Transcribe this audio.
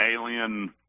alien